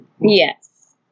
Yes